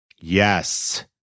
Yes